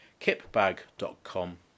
kipbag.com